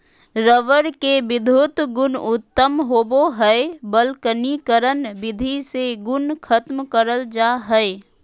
rubber के विधुत गुण उत्तम होवो हय वल्कनीकरण विधि से गुण खत्म करल जा हय